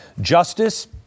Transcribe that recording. Justice